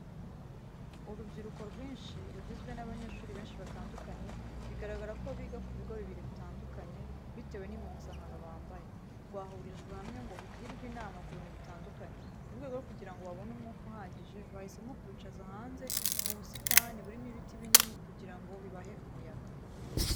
Urubyiruko rwinshi rugizwe n'abanyeshuri benshi batandukanye bigaragara ko biga ku bigo bibiri bitandukanye bitewe n'impuzankano bambaye, rwahurijwe hamwe ngo rugirwe inama ku bintu bitandukanye. Mu rwego rwo kugira ngo babone umwuka uhagije, bahisemo kubicaza hanze mu busitani burimo ibiti binini kugira ngo bibahe umuyaga.